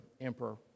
Emperor